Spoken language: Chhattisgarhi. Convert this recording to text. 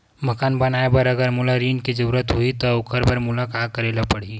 मकान बनाये बर अगर मोला ऋण के जरूरत होही त ओखर बर मोला का करे ल पड़हि?